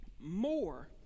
more